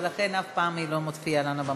ולכן היא אף פעם לא מופיעה לנו במסך.